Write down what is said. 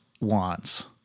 wants